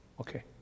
Okay